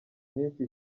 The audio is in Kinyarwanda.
iminsi